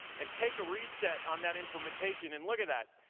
and take a reset on that implementation. and look at that,